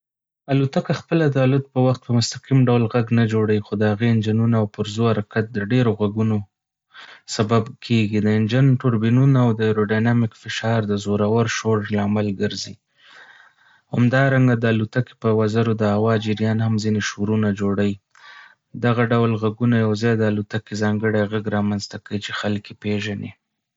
الوتکه خپله د الوت په وخت په مستقیم ډول غږ نه جوړوي. خو د هغې انجینونه او پرزو حرکت د ډيرو غږونو سبب کېږي. د انجین ټوربینونه او د ایروډینامیک فشار د زورور شور لامل ګرځي. همدارنګه، د الوتکې په وزرو د هوا جریان هم ځینې شورونه جوړوي. دغه ټول غږونه یو ځای د الوتکې ځانګړی غږ رامنځته کوي چې خلک يې پيژني.